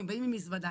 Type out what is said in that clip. הם באים עם מזוודה.